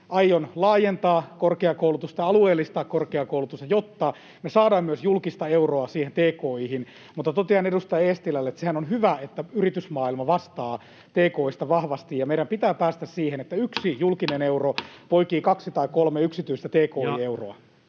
aion laajentaa korkeakoulutusta ja alueellistaa korkeakoulutusta, jotta me saadaan myös julkista euroa siihen tki:hin. Totean edustaja Eestilälle, että sehän on hyvä, että yritysmaailma vastaa tki:stä vahvasti. Meidän pitää päästä siihen, että yksi julkinen euro poikii kaksi tai kolme yksityistä tki-euroa.